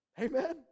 Amen